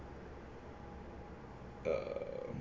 err